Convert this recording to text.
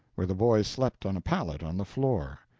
where the boys slept on a pallet on the floor.